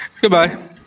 Goodbye